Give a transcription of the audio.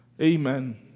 Amen